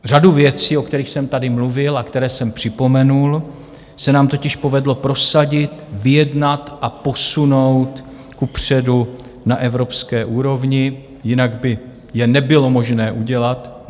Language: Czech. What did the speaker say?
Řadu věcí, o kterých jsem tady mluvil a které jsem připomenul, se nám totiž povedlo prosadit, vyjednat a posunout kupředu na evropské úrovni, jinak by je nebylo možné udělat.